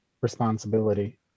responsibility